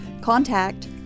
contact